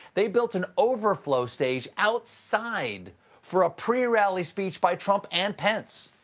they built an overflow stage outside for a pre-rally speech by trump and pence,